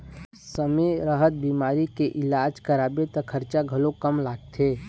समे रहत बिमारी के इलाज कराबे त खरचा घलोक कम लागथे